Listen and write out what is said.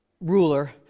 ruler